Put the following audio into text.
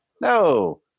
No